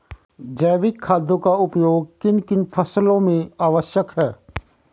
जैविक खादों का उपयोग किन किन फसलों में आवश्यक है?